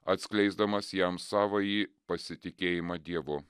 atskleisdamas jam savąjį pasitikėjimą dievu